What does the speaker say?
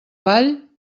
vall